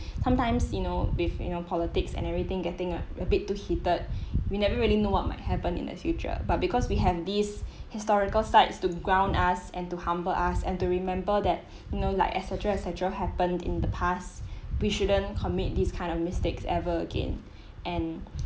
sometimes you know with you know politics and everything getting a bit too heated we never really know what might happen in the future but because we have this historical sites to ground us and to humble us and to remember that no like et cetera et cetera happened in the past we shouldn't commit this kind of mistakes ever again and